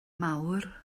mawr